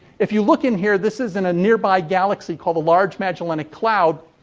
if you look in here, this is in a nearby galaxy called the large magellanic cloud.